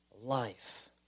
life